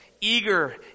eager